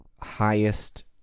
highest